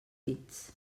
dits